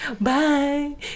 bye